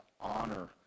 honor